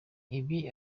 ibi